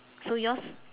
so yours